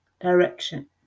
direction